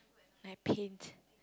my paint